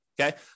Okay